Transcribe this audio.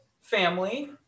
family